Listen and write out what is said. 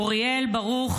אוריאל ברוך